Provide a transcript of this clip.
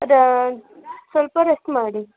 ಸ್ವಲ್ಪ ರೆಸ್ಟ್ ಮಾಡಿ